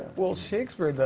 well shakespeare,